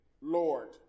Lord